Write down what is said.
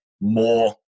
more